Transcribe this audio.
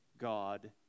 God